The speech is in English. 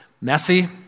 messy